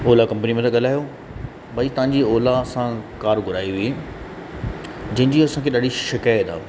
Ola company मां तां ॻाल्हायो भई तव्हांजी ओला असां कार घुराई हुई जंहिंजी असांखे ॾाढी शिकायत आहे